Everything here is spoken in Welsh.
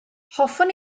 hoffwn